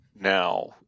now